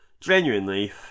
genuinely